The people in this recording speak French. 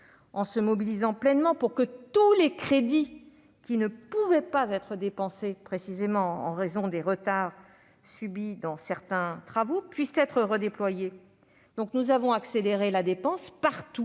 en se mobilisant pleinement pour que tous les crédits qui ne pouvaient être dépensés en raison des retards de certains travaux puissent être redéployés. Nous avons donc accéléré la dépense partout